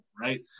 Right